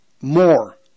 more